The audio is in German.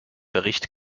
bericht